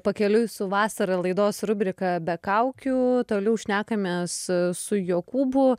pakeliui su vasara laidos rubrika be kaukių toliau šnekamės su jokūbu